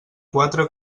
quatre